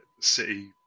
City